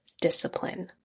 discipline